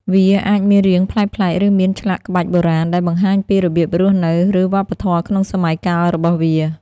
វាអាចមានរាងប្លែកៗ ឬមានឆ្លាក់ក្បាច់បុរាណ ដែលបង្ហាញពីរបៀបរស់នៅ ឬវប្បធម៌ក្នុងសម័យកាលរបស់វា។